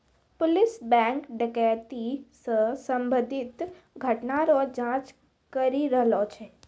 police bank डकैती से संबंधित घटना रो जांच करी रहलो छै